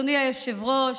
אדוני היושב-ראש,